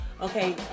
okay